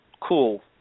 cool